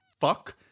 fuck